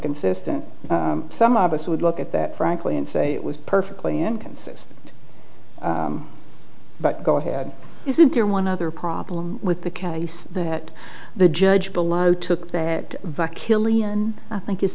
consistent some of us would look at that frankly and say it was perfectly inconsistent but go ahead isn't there one other problem with the case that the judge below took that vakeel ian i think is